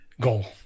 goal